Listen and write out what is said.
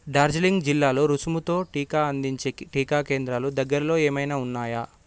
డార్జిలింగ్ జిల్లాలో రుసుముతో టీకా అందించే టీకా కేంద్రాలు దగ్గరలో ఏమైనా ఉన్నాయా